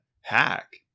hack